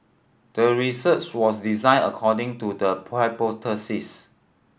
the research was designed according to the hypothesis